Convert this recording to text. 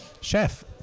chef